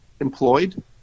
employed